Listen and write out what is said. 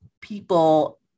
people